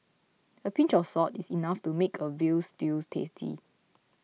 a pinch of salt is enough to make a Veal Stew tasty